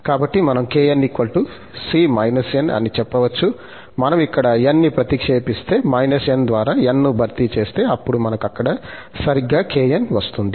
కాబట్టి మనం kn c n అని చెప్పవచ్చు మనం ఇక్కడ n ని ప్రతిక్షేపిస్తే n ద్వారా n ను భర్తీ చేస్తే అప్పుడు మనకు అక్కడ సరిగ్గా kn వస్తుంది